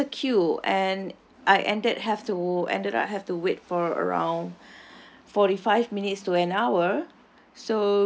there was a queue and I ended have to ended up have to wait for around forty five minutes to an hour